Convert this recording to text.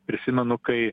prisimenu kai